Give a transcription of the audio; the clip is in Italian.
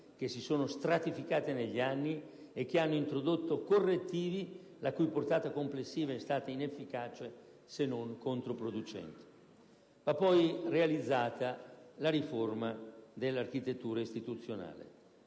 che si sono stratificate negli anni e che hanno introdotto correttivi la cui portata complessiva è stata inefficace, se non controproducente. Va poi realizzata la riforma dell'architettura istituzionale.